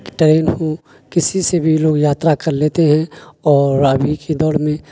train ہو کسی سے بھی لوگ یاترا کر لیتے ہیں اور ابھی کے دور میں